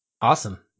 Awesome